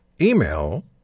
email